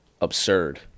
absurd